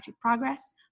Progress